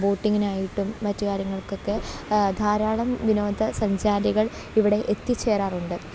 ബോട്ടിങ്ങിനായിട്ടും മറ്റു കാര്യങ്ങൾക്കൊക്കെ ധാരാളം വിനോദസഞ്ചാരികൾ ഇവിടെ എത്തിച്ചേരാറുണ്ട്